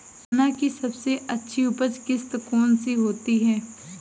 चना की सबसे अच्छी उपज किश्त कौन सी होती है?